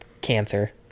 cancer